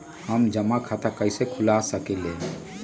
हम जमा खाता कइसे खुलवा सकली ह?